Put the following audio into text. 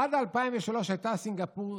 "עד 2003 הייתה סינגפור,